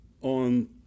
on